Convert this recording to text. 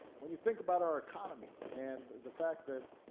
when you think about our economy and the fact that